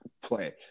play